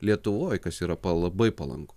lietuvoj kas yra pa labai palanku